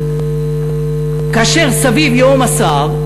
כאשר סביב ייהום הסער,